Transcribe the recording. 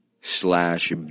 slash